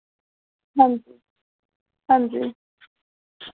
हांजी हांजी